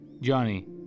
Johnny